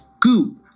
Goop